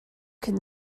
could